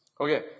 Okay